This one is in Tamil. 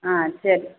ஆ சரி